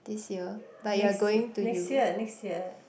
this year but you are going to Europe